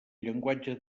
llenguatge